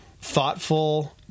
thoughtful